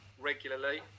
regularly